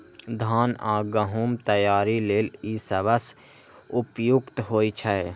धान आ गहूम तैयारी लेल ई सबसं उपयुक्त होइ छै